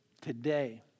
today